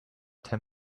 ten